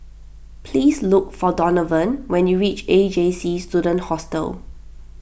please look for Donavon when you reach A J C Student Hostel